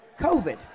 COVID